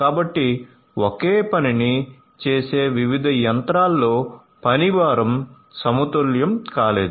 కాబట్టి ఒకే పనిని చేసే వివిధ యంత్రాలలో పని భారం సమతుల్యం కాలేదు